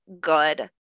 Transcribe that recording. good